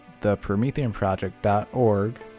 theprometheanproject.org